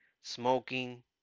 smoking